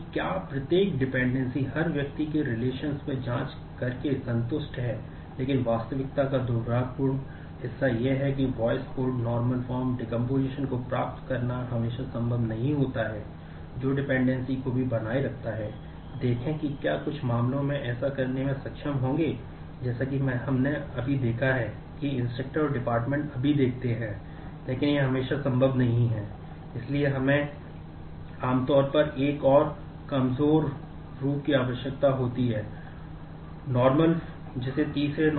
यह dependency preservation के रूप में जाना जाता है और हम बाद में उन पर गौर करेंगे